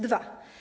Dwa.